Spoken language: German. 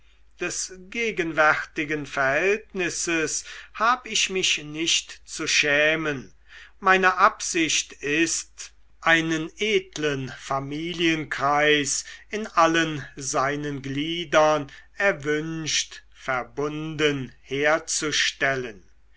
des gegenwärtigen verhältnisses hab ich mich nicht zu schämen meine absicht ist einen edlen familienkreis in allen seinen gliedern erwünscht verbunden herzustellen